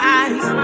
eyes